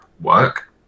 Work